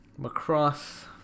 Macross